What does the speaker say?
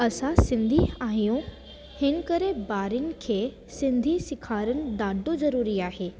असां सिंधी आहियूं हिन करे ॿारनि खे सिंधी सेखारणु ॾाढो ज़रूरी आहे